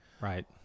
Right